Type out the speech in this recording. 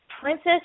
princess